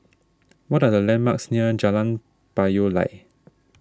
what are the landmarks near Jalan Payoh Lai